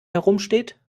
herumsteht